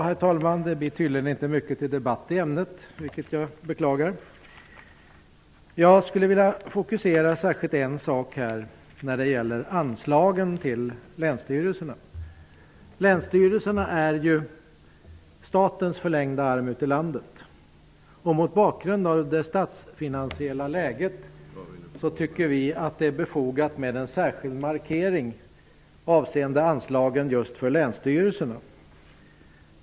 Herr talman! Det blir tydligen inte mycket till debatt i ämnet, vilket jag beklagar. Jag skulle särskilt vilja fokusera mig på en fråga när det gäller anslagen till länsstyrelserna. Länsstyrelserna är statens förlängda arm ut i landet. Mot bakgrund av det statsfinansiella läget tycker vi att det är befogat med en särskild markering avseende anslagen för länsstyrelserna.